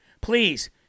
Please